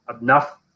enough